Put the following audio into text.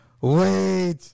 wait